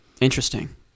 Interesting